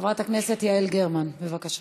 חברת הכנסת יעל גרמן, בבקשה.